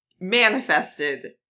Manifested